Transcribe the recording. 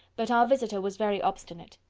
but our visitor was very obstinate.